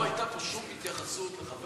לא הייתה פה שום התייחסות לחבר